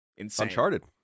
Uncharted